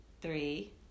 three